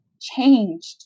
changed